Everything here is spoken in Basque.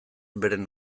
beren